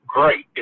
Great